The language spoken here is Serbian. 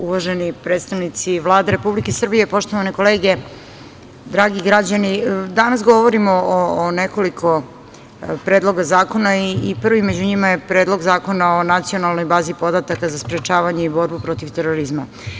Uvaženi predstavnici Vlade Republike Srbije, poštovane kolege, dragi građani, danas govorimo o nekoliko predloga zakona i prvi među njima je Predlog zakona o nacionalnoj bazi podataka za sprečavanje i borbu protiv terorizma.